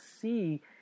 see